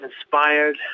inspired